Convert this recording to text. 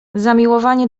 zamiłowanie